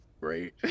great